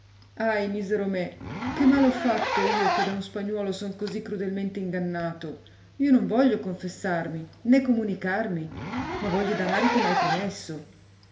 ahi misero me che male ho fatto io che da un spagnuolo son così crudelmente ingannato io non voglio confessarmi né comunicarmi ma voglio i denari che m hai promesso